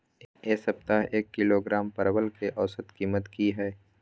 ऐ सप्ताह एक किलोग्राम परवल के औसत कीमत कि हय?